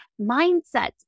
mindsets